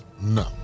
No